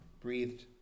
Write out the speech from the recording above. breathed